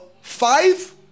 five